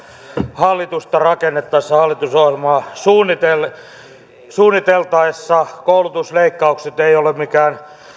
hallitusta rakennettaessa hallitusohjelmaa suunniteltaessa koulutusleikkaukset ei ole mikään